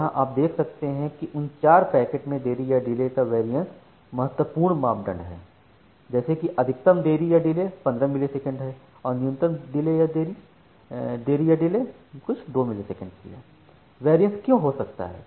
यहां आप देख सकते हैं कि उन चार पैकेट में देरी या डिले का वेरियंस महत्वपूर्ण मापदंड है जैसे कि अधिकतम देरी या डिले 15 मिलीसेकंड है और न्यूनतम देरी या डिले कुछ 2 मिलीसेकंड की है वेरियंस क्यों हो सकता है